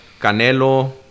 Canelo